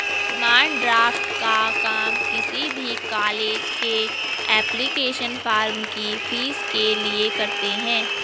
demand draft का काम किसी भी कॉलेज के एप्लीकेशन फॉर्म की फीस के लिए करते है